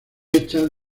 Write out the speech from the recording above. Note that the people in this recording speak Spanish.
hecha